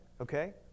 okay